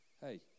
Hey